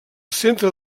centre